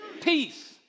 Peace